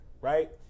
right